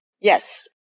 Yes